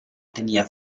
tenia